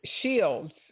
shields